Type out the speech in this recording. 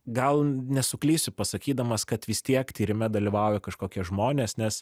gal nesuklysiu pasakydamas kad vis tiek tyrime dalyvauja kažkokie žmonės nes